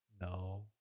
no